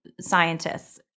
scientists